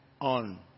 on